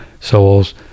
souls